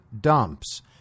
dumps